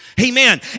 Amen